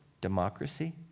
democracy